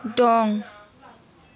दं